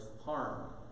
harm